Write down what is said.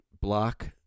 block